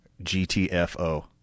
GTFO